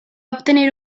obtenir